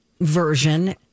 version